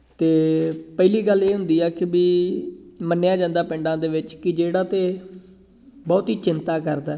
ਤਾਂ ਪਹਿਲੀ ਗੱਲ ਇਹ ਹੁੰਦੀ ਹੈ ਕਿ ਵੀ ਮੰਨਿਆ ਜਾਂਦਾ ਪਿੰਡਾਂ ਦੇ ਵਿੱਚ ਕਿ ਜਿਹੜਾ ਤਾਂ ਬਹੁਤੀ ਚਿੰਤਾ ਕਰਦਾ